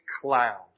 cloud